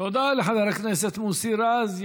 תודה לחבר הכנסת מוסי רז.